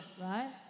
right